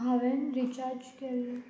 हांवें रिचार्ज केल्ल